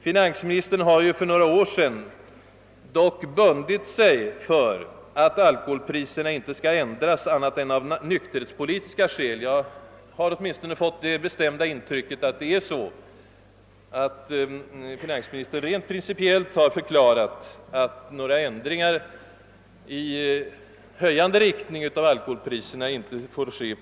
Finansministern har ju för några år sedan — jag har åtminstone fått det bestämda intrycket -— bundit sig för att alkoholpriserna inte skall höjas annat än av nykterhetspolitiska skäl.